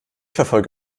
verfolge